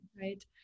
right